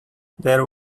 there